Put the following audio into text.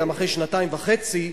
גם אחרי שנתיים וחצי,